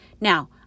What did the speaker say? Now